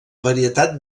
varietat